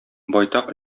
байтак